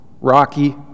Rocky